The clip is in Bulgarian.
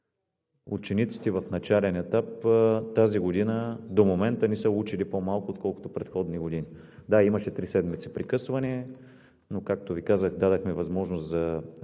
учениците в начален етап тази година до момента не са учили по-малко, отколкото в предходни години. Да, имаше три седмици прекъсване, но, както Ви казах, дадохме възможност за